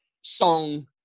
song